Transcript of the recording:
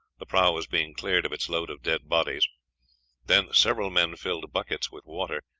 the prahu was being cleared of its load of dead bodies then several men filled buckets with water,